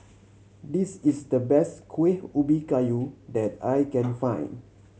this is the best Kuih Ubi Kayu that I can find